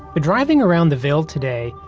driving around the ville today,